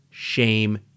Shame